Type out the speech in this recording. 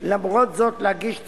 למרות זאת להגיש תביעה,